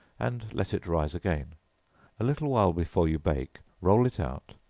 and let it rise again a little while before you bake, roll it out,